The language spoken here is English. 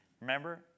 Remember